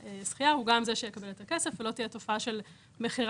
ובמקרה של זכייה השוואה של המועצה בין מספר הזהות האמיתי